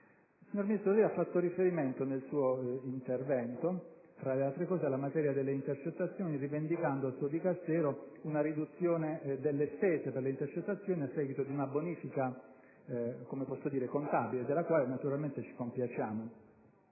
le altre cose lei ha fatto riferimento, nel suo intervento, alla materia delle intercettazioni, rivendicando al suo Dicastero una riduzione delle spese per le intercettazioni a seguito di una bonifica contabile, della quale naturalmente ci compiacciamo.